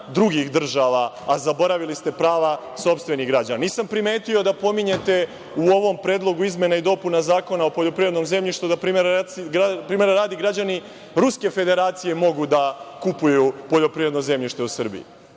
drugih država, a zaboravili ste prava sopstvenih građana. Nisam primetio da pominjete u ovom Predlogu izmena i dopuna Zakona o poljoprivrednom zemljištu, primera radi, da građani Ruske Federacije mogu da kupuju poljoprivredno zemljište u Srbiji,